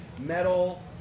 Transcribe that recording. metal